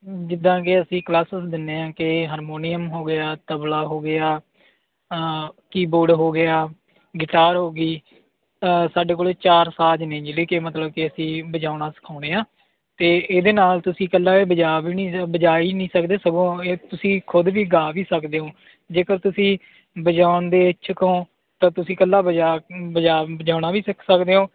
ਜਿੱਦਾਂ ਕਿ ਅਸੀਂ ਕਲਾਸਸ ਦਿੰਦੇ ਹਾਂ ਕਿ ਹਾਰਮੋਨੀਅਮ ਹੋ ਗਿਆ ਤਬਲਾ ਹੋ ਗਿਆ ਕੀਬੋਰਡ ਹੋ ਗਿਆ ਗਿਟਾਰ ਹੋ ਗਈ ਸਾਡੇ ਕੋਲ ਚਾਰ ਸਾਜ ਨੇ ਜਿਹੜੇ ਕਿ ਮਤਲਬ ਕਿ ਅਸੀਂ ਵਜਾਉਣਾ ਸਿਖਾਉਂਦੇ ਹਾਂ ਅਤੇ ਇਹਦੇ ਨਾਲ ਤੁਸੀਂ ਇਕੱਲਾ ਇਹ ਵਜਾ ਵੀ ਨਹੀਂ ਵਜਾ ਹੀ ਨਹੀਂ ਸਕਦੇ ਸਗੋਂ ਇਹ ਤੁਸੀਂ ਖੁਦ ਵੀ ਗਾ ਵੀ ਸਕਦੇ ਹੋ ਜੇਕਰ ਤੁਸੀਂ ਵਜਾਉਣ ਦੇ ਇੱਛੁਕ ਹੋ ਤਾਂ ਤੁਸੀਂ ਇਕੱਲਾ ਵਜਾ ਵਜਾ ਵਜਾਉਣਾ ਵੀ ਸਿੱਖ ਸਕਦੇ ਹੋ